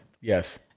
Yes